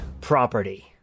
property